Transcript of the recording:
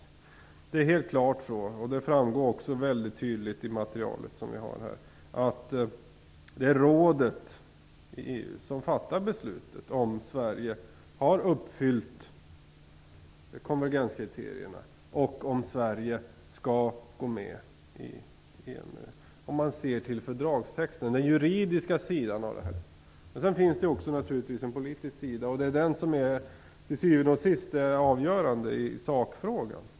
Det står helt klart, och det framgår också mycket tydligt av materialet, att det är rådet som fattar beslut om Sverige har uppfyllt konvergenskriterierna och om Sverige skall gå med i EMU - om man ser till fördragstexten och den juridiska sidan av det här. Det finns naturligtvis också en politisk sida, och den är naturligtvis till syvende och sist avgörande i sakfrågan.